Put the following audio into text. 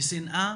לשנאה,